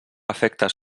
efectes